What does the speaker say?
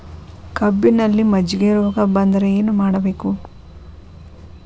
ಕಬ್ಬಿನಲ್ಲಿ ಮಜ್ಜಿಗೆ ರೋಗ ಬಂದರೆ ಏನು ಮಾಡಬೇಕು?